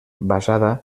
basada